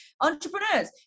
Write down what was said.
entrepreneurs